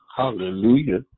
Hallelujah